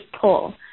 pull